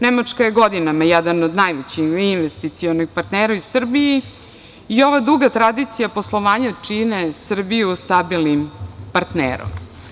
Nemačka je godinama jedan od najvećih investicionih partnera u Srbiji i ova duga tradicija poslovanja čini Srbiju stabilnim partnerom.